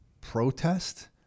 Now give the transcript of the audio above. protest